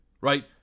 right